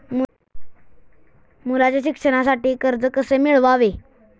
मुलाच्या शिक्षणासाठी कर्ज कसे मिळवावे?